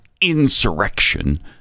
insurrection